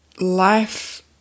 life